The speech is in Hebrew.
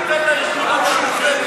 אל תיתן לארגונים שום קרדיט,